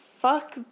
fuck